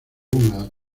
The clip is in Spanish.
húmedos